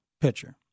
pitcher